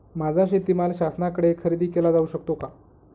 माझा शेतीमाल शासनाकडे खरेदी केला जाऊ शकतो का?